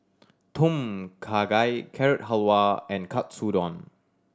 Tom Kha Gai Carrot Halwa and Katsudon